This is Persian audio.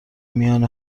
میان